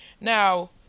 Now